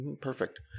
perfect